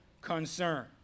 concern